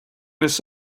this